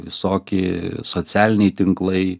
visoki socialiniai tinklai